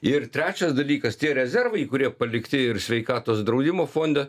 ir trečias dalykas tie rezervai kurie palikti ir sveikatos draudimo fonde